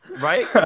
Right